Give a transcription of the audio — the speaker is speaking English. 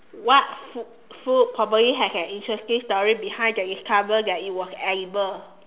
what food food probably has an interesting story behind the discovery that it was edible